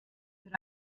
fydd